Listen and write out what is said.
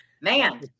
Man